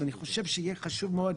אבל אני חושב שיהיה חשוב מאוד,